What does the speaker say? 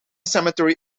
cemetery